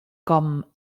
com